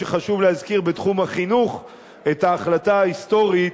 חשוב להזכיר בתחום החינוך את ההחלטה ההיסטורית,